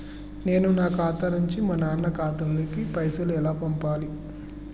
నేను నా ఖాతా నుంచి మా నాన్న ఖాతా లోకి పైసలు ఎలా పంపాలి?